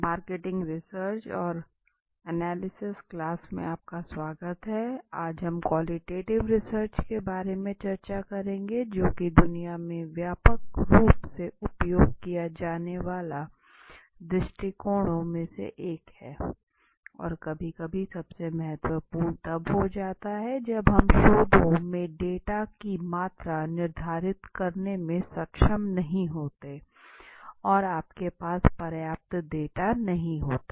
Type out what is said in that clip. marketing research और analysis class में आपका स्वागत है आज हम क्वालिटेटिव रिसर्च के बारे में चर्चा करेंगे जो कि दुनिया में व्यापक रूप से उपयोग किए जाने वाले दृष्टिकोणों में से एक है और कभी कभी सबसे महत्वपूर्ण तब हो जाता है जब हम शोधों में डाटा की मात्रा निर्धारित करने में सक्षम नहीं होते और आपके पास पर्याप्त डेटा नहीं होता